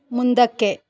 ಮುಂದಕ್ಕೆ